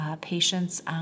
patients